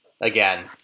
Again